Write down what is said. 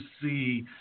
see